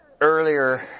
earlier